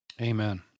Amen